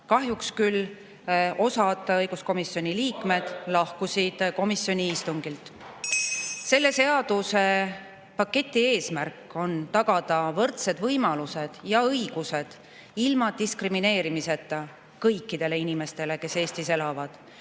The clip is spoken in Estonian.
Kahjuks küll osa õiguskomisjoni liikmeid lahkus komisjoni istungilt. Selle seaduspaketi eesmärk on tagada võrdsed võimalused ja õigused ilma diskrimineerimiseta kõikidele inimestele, kes Eestis elavad,